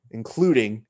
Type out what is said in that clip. including